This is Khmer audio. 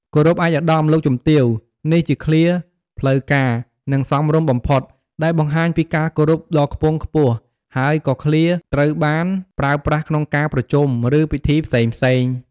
"គោរពឯកឧត្តម លោកជំទាវ" នេះជាឃ្លាផ្លូវការ និងសមរម្យបំផុត ដែលបង្ហាញពីការគោរពដ៏ខ្ពង់ខ្ពស់ហើយក៏ឃ្លាត្រូវបានប្រើប្រាស់ក្នុងការប្រជុំ ឬពិធីផ្សេងៗ។